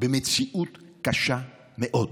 במציאות קשה מאוד.